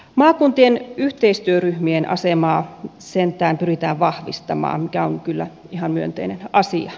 maakuntien yhteistyöryhmien asemaa sentään pyritään vahvistamaan mikä on kyllä ihan myönteinen asia